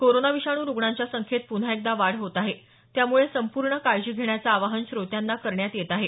corona विषाणू रुग्णांच्या संख्येत पुन्हा एकदा वाढ होत आहे त्यामुळे संपूर्ण काळजी घेण्याचं आवाहन श्रोत्यांना करण्यात येत आहे